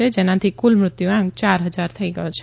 છે જેનાથી કુલ મૃત્યુ આંક ચાર હજાર થઇ ગયો છે